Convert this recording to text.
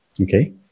Okay